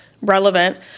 relevant